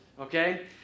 okay